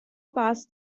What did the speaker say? pass